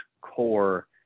core